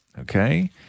Okay